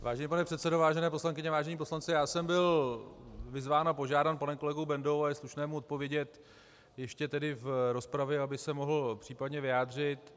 Vážený pane předsedo, vážené poslankyně, vážení poslanci, byl jsem vyzván a požádán panem kolegou Bendou a je slušné mu odpovědět ještě tedy v rozpravě, aby se mohl případně vyjádřit.